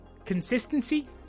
Consistency